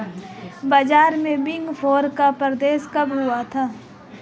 बाजार में big four का प्रवेश कब हुआ था?